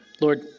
Lord